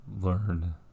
learn